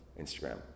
Instagram